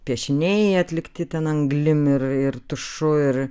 piešiniai atlikti ten anglim ir ir tušu ir